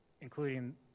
including